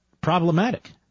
problematic